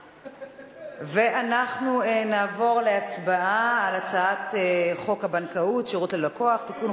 אנחנו נעבור להצבעה על הצעת חוק הבנקאות (שירות ללקוח) (תיקון,